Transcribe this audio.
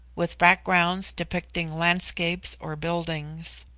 with backgrounds depicting landscapes or buildings.